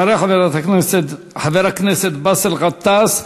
יעלה חבר הכנסת באסל גטאס,